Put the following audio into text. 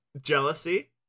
jealousy